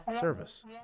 service